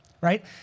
right